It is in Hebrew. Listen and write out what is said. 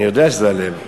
אני יודע שזה הלב.